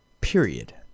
period